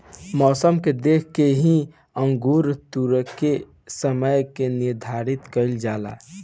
मौसम के देख के ही अंगूर तुरेके के समय के निर्धारित कईल जाला